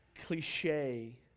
cliche